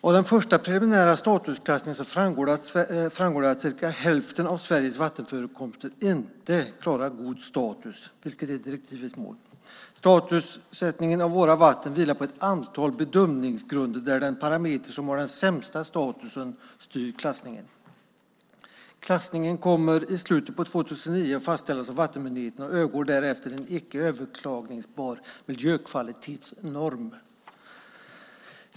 Av den första preliminära statusklassningen framgår det att cirka hälften av Sveriges vattenförekomster inte klarar god status, vilket är direktivets mål. Statussättningen av våra vatten vilar på ett antal bedömningsgrunder där den parameter som har den sämsta statusen styr klassningen. Klassningen kommer i slutet av 2009 att fastställas av vattenmyndigheterna och övergår därefter till en icke överklagningsbar miljökvalitetsnorm.